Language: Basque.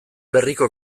berriko